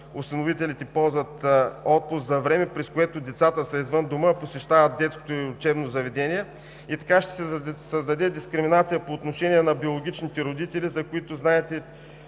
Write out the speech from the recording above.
осиновителите ползват отпуск за време, през което децата са извън дома, посещават детското или учебно заведение, и така ще се създаде дискриминация по отношение на биологичните родители, за които, знаете,